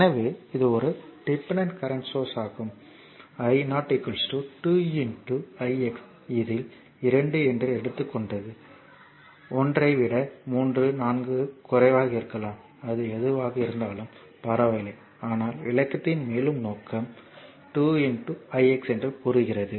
எனவே இது ஒரு டிபெண்டன்ட் கரண்ட் சோர்ஸ் ஆகும் i 0 2 ix இதில் 2 என்று எடுத்துக்கொண்டது 1 ஐ விட 3 4 குறைவாக இருக்கலாம் அது எதுவாக இருந்தாலும் பரவாயில்லை ஆனால் விளக்கத்தின் மேலும் நோக்கம் 2 i x என்று கூறுகிறது